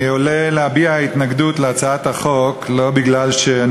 אני עולה להביע התנגדות להצעת החוק לא מפני שאני